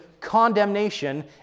condemnation